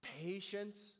patience